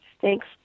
Thanks